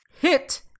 hit